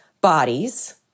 bodies